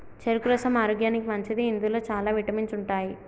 చెరుకు రసం ఆరోగ్యానికి మంచిది ఇందులో చాల విటమిన్స్ ఉంటాయి